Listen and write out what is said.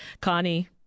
Connie